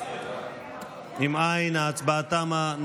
אם אין, ההצבעה תמה.